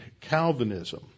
Calvinism